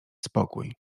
spokój